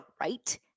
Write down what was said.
right